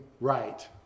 right